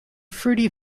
fruity